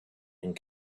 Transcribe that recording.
and